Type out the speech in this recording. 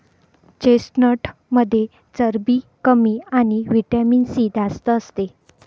चेस्टनटमध्ये चरबी कमी आणि व्हिटॅमिन सी जास्त असते